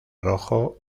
rojo